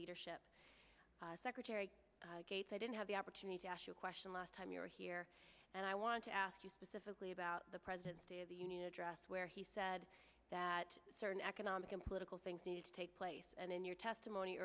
leadership secretary gates i didn't have the opportunity to ask you a question last time you were here and i want to ask you specifically about the president's state of the union address where he said that certain economic and political things need to take place and in your testimony